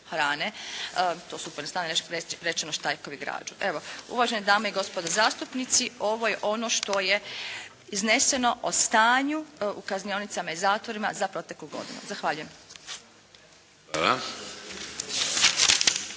hrane. To su …/Govornik se ne razumije./… štrajkovi glađu. Evo, uvažene dame i gospodo zastupnici, ovo je ono što je izneseno o stanju u kaznionicama i zatvorima za proteklu godinu. Zahvaljujem.